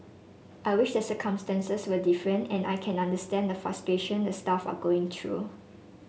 I wish the circumstances were different and I can understand the frustration the staff are going through